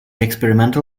experimental